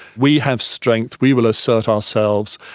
we have strength, we will assert ourselves.